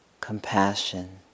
compassion